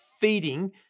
feeding